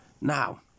Now